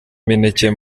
imineke